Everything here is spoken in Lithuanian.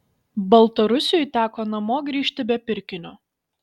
baltarusiui teko namo grįžti be pirkinio